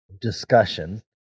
discussion